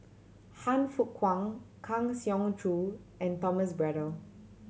Han Fook Kwang Kang Siong Joo and Thomas Braddell